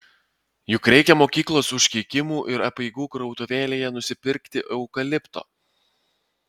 juk reikia mokyklos užkeikimų ir apeigų krautuvėlėje nusipirkti eukalipto